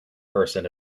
person